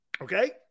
Okay